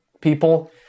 people